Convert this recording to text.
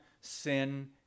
sin